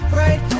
right